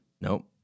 Nope